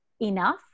enough